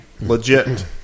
legit